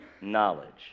knowledge